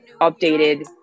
updated